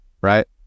Right